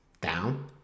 down